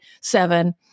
seven